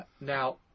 Now